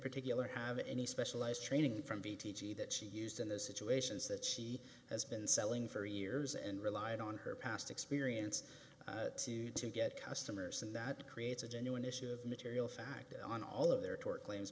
particular have any specialized training from d t g that she used in those situations that she has been selling for years and relied on her past experience to get customers and that creates a genuine issue of material fact on all of their tort claims